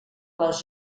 les